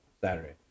Saturday